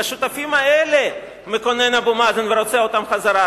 על השותפים האלה מקונן אבו מאזן ורוצה אותם חזרה,